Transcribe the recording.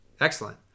Excellent